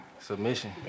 submission